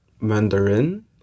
Mandarin